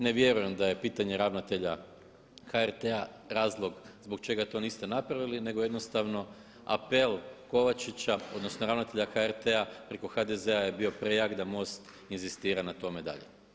Ne vjerujem da je pitanje ravnatelja HRT-a razlog zbog čega to niste napravili nego jednostavno apel Kovačića, odnosno ravnatelja HRT-a preko HDZ-a je bio prejak da MOST inzistira na tome dalje.